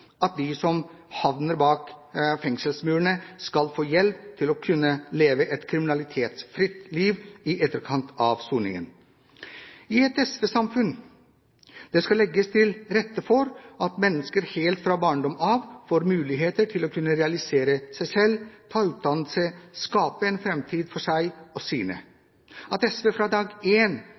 at de som havner bak fengselsmurene, skal få hjelp til å kunne leve et kriminalitetsfritt liv i etterkant av soningen. I et SV-samfunn skal det legges til rette for at mennesker helt fra barndommen av får muligheter til å realisere seg selv, ta utdannelse og skape en framtid for seg og sine. At SV fra dag én i regjering satte full barnehagedekning til en